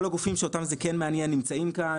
כל הגופים שאותם זה כן מעניין נמצאים כאן,